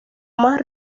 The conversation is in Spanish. más